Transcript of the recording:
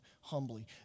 humbly